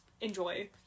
Enjoy